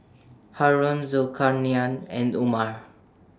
Haron Zulkarnain and Umar